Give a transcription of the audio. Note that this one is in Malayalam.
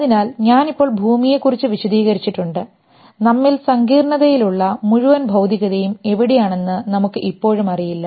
അതിനാൽ ഞാൻ ഇപ്പോൾ ഭൂമിയെ കുറിച്ച് വിശദീകരിച്ചിട്ടുണ്ട് നമ്മിൽ സങ്കീർണ്ണതയിലുള്ള മുഴുവൻ ഭൌതികതയും എവിടെയാണെന്ന് നമുക്ക് ഇപ്പോഴും അറിയില്ല